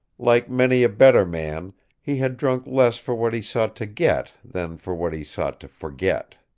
like many a better man he had drunk less for what he sought to get than for what he sought to forget.